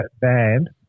band